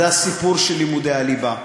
זה הסיפור של לימודי הליבה.